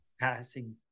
passing